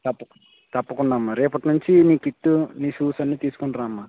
తప్పకు తప్పకుండమ్మా రేపటి నుంచి మీ కిట్ షూస్ అన్నీ తీసుకొనిరామ్మా